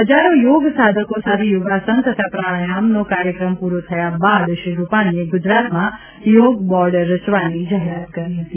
હજારો યોગ સાધકો સાથે યોગાસન તથા પ્રાણાયમનો કાર્યક્રમ પુરો થયા બાદ શ્રી રૂપાણીએ ગુજરાતમાં યોગ બોર્ડ રચવાની જાહેરાત કરી હતી